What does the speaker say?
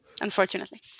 unfortunately